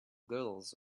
girls